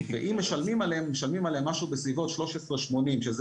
ואם משלמים עליהם משלמים עליהם משהו בסביבות 13.80 שזה